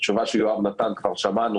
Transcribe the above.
התשובה שיואב נתן כבר שמענו